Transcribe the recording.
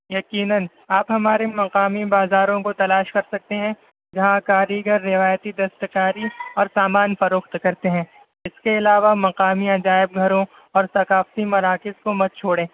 یقیناََ آپ ہمارے مقامی بازاروں کو تلاش کر سکتے ہیں جہاں کاریگر روایتی دستکاری اور سامان فروخت کرتے ہیں اس کے علاوہ مقامی عجائب گھروں اور ثقافتی مراکز کو مت چھوڑیں